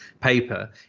paper